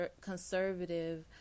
conservative